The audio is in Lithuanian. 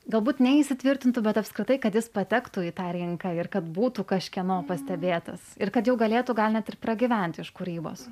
galbūt neįsitvirtintų bet apskritai kad jis patektų į tą rinką ir kad būtų kažkieno pastebėtas ir kad jau galėtų gal net ir pragyventi iš kūrybos